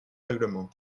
règlement